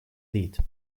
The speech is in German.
lied